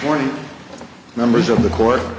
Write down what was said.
morning members of the cour